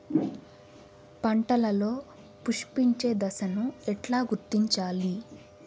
పంటలలో పుష్పించే దశను ఎట్లా గుర్తించాలి?